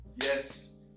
yes